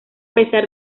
pesar